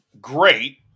great